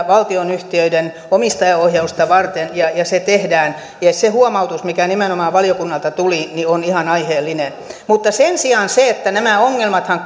valtionyhtiöiden omistajaohjausta varten ja ne tehdään ja se huomautus mikä nimenomaan valiokunnalta tuli on ihan aiheellinen mutta sen sijaan nämä ongelmathan